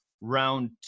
round